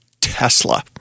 Tesla